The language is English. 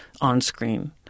on-screen